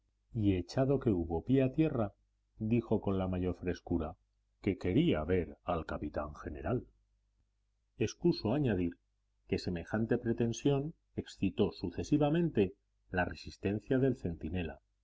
y echado que hubo pie a tierra dijo con la mayor frescura que quería ver al capitán general excuso añadir que semejante pretensión excitó sucesivamente la resistencia del centinela